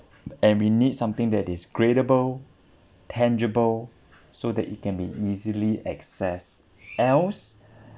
and we need something that is credible tangible so that it can be easily accessed else